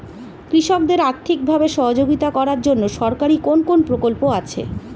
কৃষকদের আর্থিকভাবে সহযোগিতা করার জন্য সরকারি কোন কোন প্রকল্প আছে?